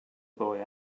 boy